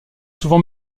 souvent